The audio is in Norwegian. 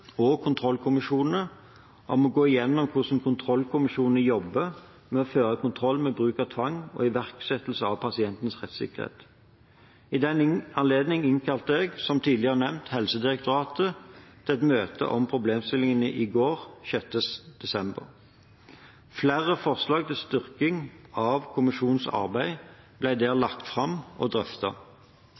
og kontrollkommisjonene om å gå igjennom hvordan kontrollkommisjonene jobber med å føre kontroll med bruken av tvang og ivaretakelse av pasientenes rettssikkerhet. I den anledning innkalte jeg, som tidligere nevnt, Helsedirektoratet til et møte om problemstillingen i går, 6. desember. Flere forslag til styrking av kommisjonenes arbeid ble der lagt fram og